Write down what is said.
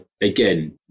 again